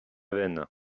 veine